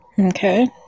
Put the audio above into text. Okay